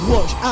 Watch